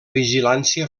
vigilància